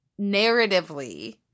narratively